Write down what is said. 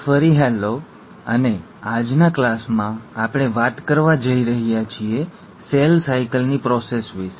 તો ફરી હેલો અને આજના ક્લાસમાં આપણે વાત કરવા જઈ રહ્યા છીએ સેલ સાઇકલની પ્રોસેસ વિશે